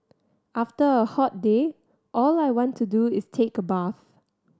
after a hot day all I want to do is take a bath